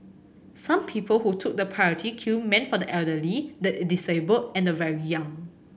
some people who took the priority queue meant for the elderly the disabled and the very young